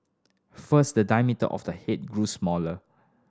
first the diameter of the head grew smaller